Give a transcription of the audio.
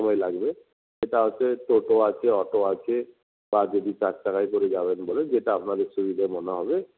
সময় লাগবে সেটা হচ্ছে টোটো আছে অটো আছে বা যদি চার চাকায় করে যাবেন বলেন যেটা আপনাদের সুবিধে মনে হবে